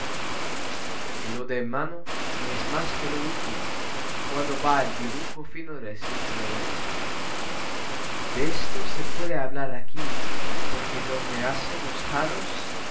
lo de mano no es más que lo último cuando va al dibujo fino de los cinceladores de esto se puede hablar aquí porque donde hacen los jarros